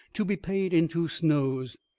to be paid into snow's,